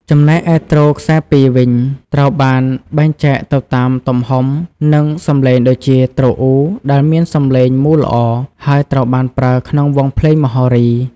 ចំណែកឯទ្រខ្សែពីរវិញ ត្រូវបានបែងចែកទៅតាមទំហំ និងសំឡេង ដូចជា ទ្រអ៊ូ ដែលមានសំឡេងមូលល្អ ហើយត្រូវបានប្រើក្នុងវង់ភ្លេងមហោរី។